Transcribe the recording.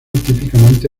típicamente